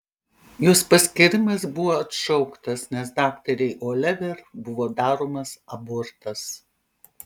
jos paskyrimas buvo atšauktas nes daktarei oliver buvo daromas abortas